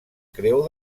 creu